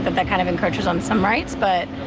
but the kind of encourages on some rights but.